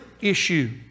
issue